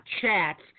chats